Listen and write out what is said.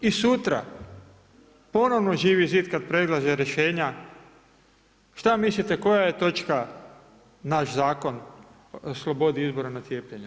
I sutra ponovno Živi zid kada predlaže rješenja šta mislite koja je točka naš Zakon o slobodi izbora na cijepljenje?